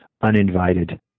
uninvited